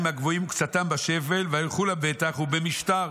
הגבוהים וקצתם בשפל וילכו לבטח ובמשטר".